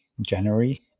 January